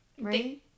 Right